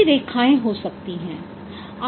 कई रेखाएँ हो सकती हैं